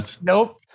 Nope